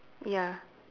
ya